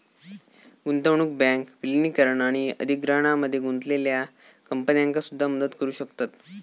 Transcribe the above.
गुंतवणूक बँक विलीनीकरण आणि अधिग्रहणामध्ये गुंतलेल्या कंपन्यांका सुद्धा मदत करू शकतत